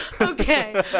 Okay